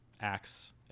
acts